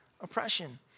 oppression